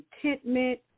contentment